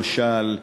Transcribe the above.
למשל,